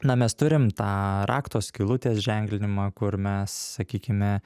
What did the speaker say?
na mes turim tą rakto skylutės ženklinimą kur mes sakykime